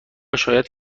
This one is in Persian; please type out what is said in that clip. شاید